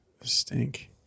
stink